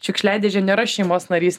šiukšliadėžė nėra šeimos narys